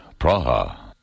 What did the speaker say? Praha